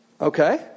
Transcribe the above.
Okay